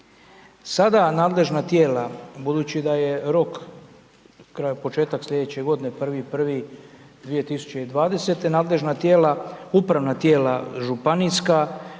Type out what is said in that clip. Sada nadležna tijela, budući da je rok, početak sljedeće godine, 1.1.2020. nadležna tijela uprava tijela, županijska,